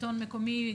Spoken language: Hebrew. שלטון מקומי,